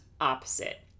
opposite